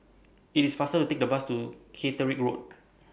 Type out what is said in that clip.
IT IS faster to Take The Bus to Caterick Road